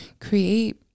create